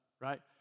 right